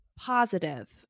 positive